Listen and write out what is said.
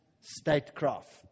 statecraft